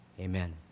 Amen